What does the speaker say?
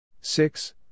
Six